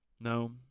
No